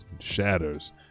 shatters